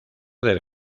del